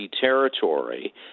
territory